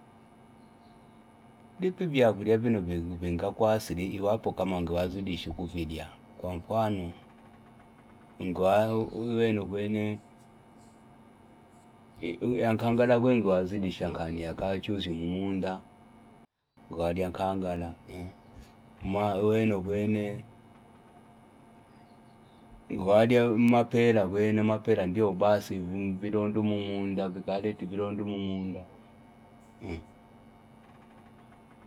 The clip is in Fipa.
Ndipibia kwenye kwenye binga kwasili wapo kama ngu wazidi shukufidia. Kwa mfwano, ngu weno kwenye Angangala kwenye ngu wazidi shankania kwa uchusu mumunda. Ngu wadi Angangala. Ngu weno kwenye Ngu wadi mapela kwenye, mapela ndio basi bilondu mumunda, bikaleti bilondu mumunda. Ndio basi bilondu.